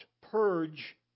purge